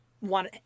want